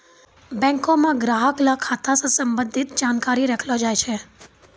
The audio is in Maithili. बैंको म ग्राहक ल खाता स संबंधित जानकारी रखलो जाय छै